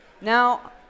Now